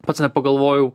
pats nepagalvojau